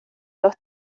dos